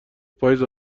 پاییز